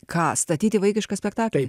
ką statyti vaikišką spektaklį